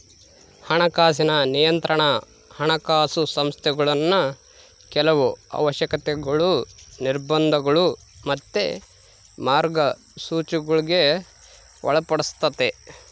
ಹಣಕಾಸಿನ ನಿಯಂತ್ರಣಾ ಹಣಕಾಸು ಸಂಸ್ಥೆಗುಳ್ನ ಕೆಲವು ಅವಶ್ಯಕತೆಗುಳು, ನಿರ್ಬಂಧಗುಳು ಮತ್ತೆ ಮಾರ್ಗಸೂಚಿಗುಳ್ಗೆ ಒಳಪಡಿಸ್ತತೆ